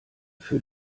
für